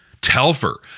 Telfer